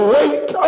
Wait